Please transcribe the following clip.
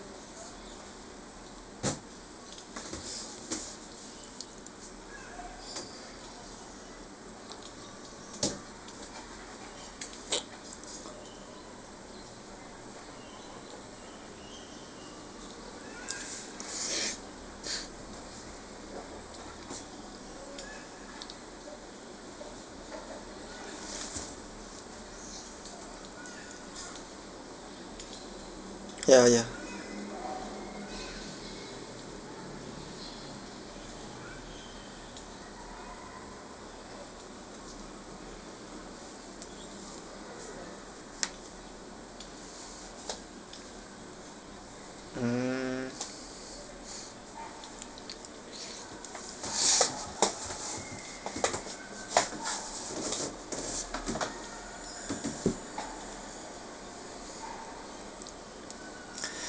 ya oh ya mm